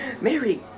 Mary